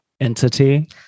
entity